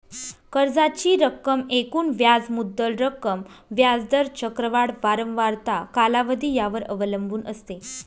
कर्जाची रक्कम एकूण व्याज मुद्दल रक्कम, व्याज दर, चक्रवाढ वारंवारता, कालावधी यावर अवलंबून असते